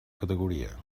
categoria